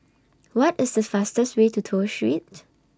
What IS The fastest Way to Toh Street